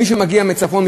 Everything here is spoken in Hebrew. מי שמגיע מצפון,